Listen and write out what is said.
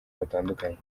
batandukanye